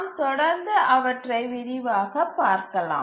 நாம் தொடர்ந்து அவற்றை விரிவாக பார்க்கலாம்